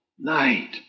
Night